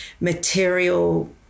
material